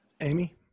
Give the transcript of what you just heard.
amy